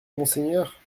monseigneur